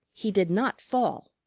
he did not fall.